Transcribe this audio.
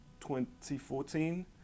2014